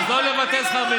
ראש הממשלה לא מודאג מהגירעון.